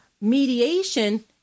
Mediation